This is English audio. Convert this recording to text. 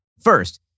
First